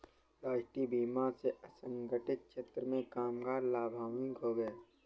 राष्ट्रीय बीमा से असंगठित क्षेत्र के कामगार लाभान्वित होंगे